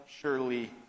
surely